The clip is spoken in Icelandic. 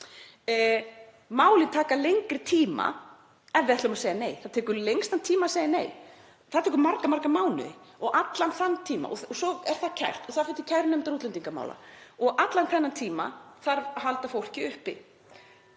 Málin taka lengri tíma ef við ætlum að segja nei, það tekur lengstan tíma að segja nei. Það tekur marga, marga mánuði og svo er það kært og það fer til kærunefndar útlendingamála og allan þennan tíma þarf að halda fólki uppi.